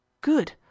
Good